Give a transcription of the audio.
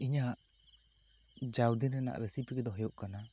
ᱤᱧᱟᱹᱜ ᱡᱟᱣ ᱫᱤᱱ ᱨᱮᱱᱟᱜ ᱨᱤᱥᱤᱯᱤ ᱠᱚᱫᱚ ᱦᱩᱭᱩᱜ ᱠᱟᱱᱟ